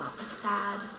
sad